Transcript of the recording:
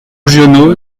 giono